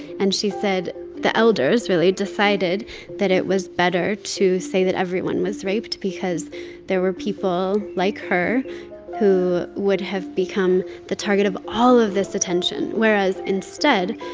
and she said the elders really decided that it was better to say that everyone was raped because there were people like her who would have become the target of all of this attention, whereas, instead,